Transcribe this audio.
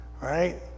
right